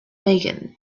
megan